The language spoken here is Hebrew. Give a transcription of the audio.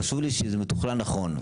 חשוב לי שזה מתוכנן נכון.